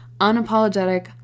unapologetic